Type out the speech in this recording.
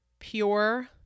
pure